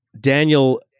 Daniel